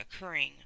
occurring